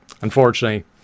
Unfortunately